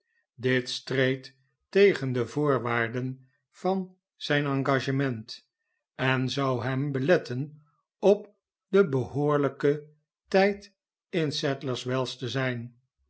dit streed tegen de voorwaarden van zijn engagement en zou hem beletten op den behoorlijken tijd in sadlers wells te zijn